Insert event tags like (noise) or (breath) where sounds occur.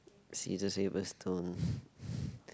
scissors paper stone (breath)